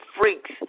freaks